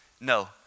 No